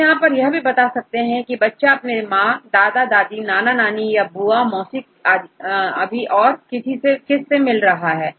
हम यहां पर यह भी बता सकते हैं की बच्चा अपने मां दादा दादी नाना नानी या बुआ मौसी अभी किस से मिल रहा है